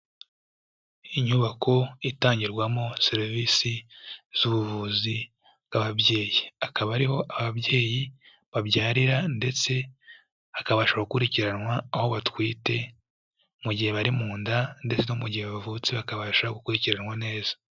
Inyubako itangirwamo serivisi z'ubuvuzi bw'ababyeyi, akaba ariho ababyeyi babyarira ndetse hakabasha gukurikiranwa aho batwite, mu gihe bari mu nda ndetse no mu gihe bavutse bakabasha gukurikiranwa neza.